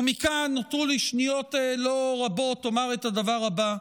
ומכאן, נותרו לי שניות לא רבות לומר את הדבר הבא: